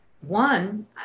One